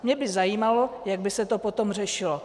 Mě by zajímalo, jak by se potom řešilo.